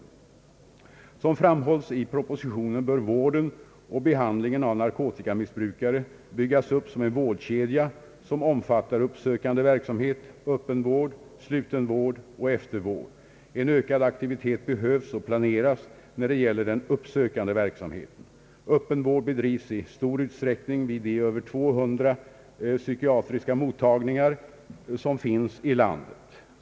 Såsom framhålles i propositionen bör vården och behandlingen av narkotikamissbrukare byggas upp som en vårdkedja, som omfattar uppsökande verksamhet, öppen vård, sluten vård och eftervård. En ökad aktivitet behövs och planeras när det gäller den uppsökande verksamheten. Öppen vård bedrivs i stor utsträckning vid de över 200 psykiatriska mottagningar som finns i landet.